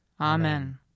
Amen